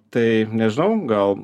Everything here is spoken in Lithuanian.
tai nežinau gal